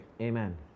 Amen